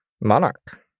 monarch